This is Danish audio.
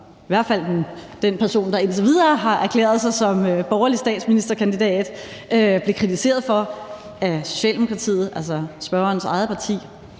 i hvert fald den person, der indtil videre har erklæret sig som borgerlig statsministerkandidat, blev kritiseret for af Socialdemokratiet, altså spørgerens eget parti,